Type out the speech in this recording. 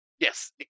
Yes